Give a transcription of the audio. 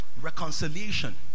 Reconciliation